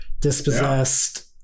dispossessed